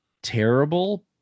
Terrible